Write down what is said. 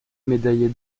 médaillée